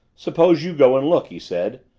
suppose you go and look, he said.